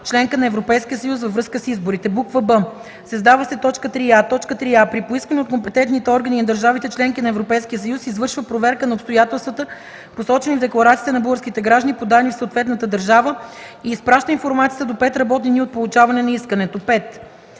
членка на Европейския съюз, във връзка с изборите.”; б) създава се т. 3а: „3а. при поискване от компетентните органи на държавите – членки на Европейския съюз, извършва проверка на обстоятелствата, посочени в декларациите на българските граждани, подадени в съответната държава, и изпраща информацията до 5 работни дни от получаване на искането;”. 5.